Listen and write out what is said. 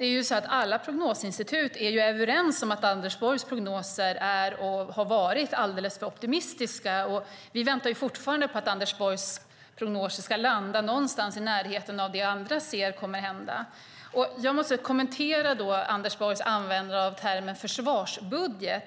Herr talman! Alla prognosinstitut är överens om att Anders Borgs prognoser är och har varit alldeles för optimistiska. Vi väntar fortfarande på att Anders Borgs prognoser ska landa någonstans i närheten av det som andra ser kommer att hända. Jag måste kommentera Anders Borgs användning av termen försvarsbudget.